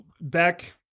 back